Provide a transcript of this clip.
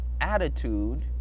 attitude